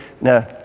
now